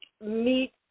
meet